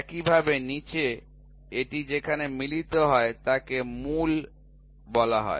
একই ভাবে নিচে এটি যেখানে মিলিত হয় তাকে মূল বলা হয়